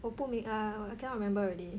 我不明 err I cannot remember already